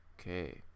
Okay